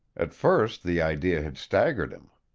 at first the idea had staggered him.